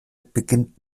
beginnt